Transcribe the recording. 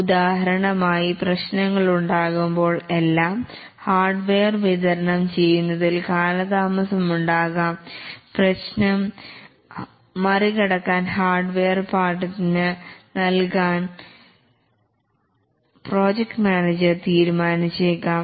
ഉദാഹരണമായി പ്രശ്നങ്ങൾ ഉണ്ടാകുമ്പോൾ എല്ലാം ഹാർഡ്വെയർ വിതരണം ചെയ്യുന്നതിൽ കാലതാമസം ഉണ്ടാകാം പ്രശ്നം മറികടക്കാൻ ഹാർഡ്വെയർ പാട്ടത്തിനു നൽകാൻ പ്രോജക്റ്റ് മാനേജർ തീരുമാനിച്ചേക്കാം